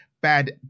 Bad